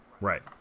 right